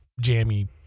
jammy